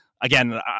again